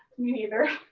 neither.